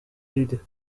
vide